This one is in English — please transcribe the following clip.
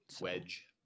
wedge